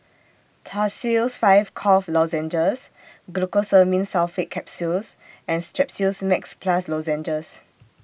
Tussils five Cough Lozenges Glucosamine Sulfate Capsules and Strepsils Max Plus Lozenges